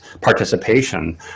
participation